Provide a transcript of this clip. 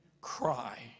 cry